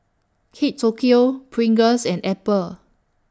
Kate Tokyo Pringles and Apple